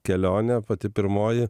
kelionė pati pirmoji